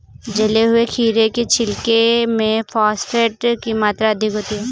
जले हुए खीरे के छिलके में फॉस्फेट की मात्रा अधिक होती है